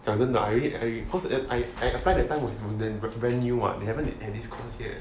讲真的 I really I applied cause that time was very new what they haven't have this course yet